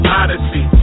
odyssey